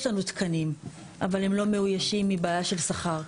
יש לנו תקנים, אבל הם לא מאוישים מבעיה של שכר.